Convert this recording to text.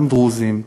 גם דרוזים,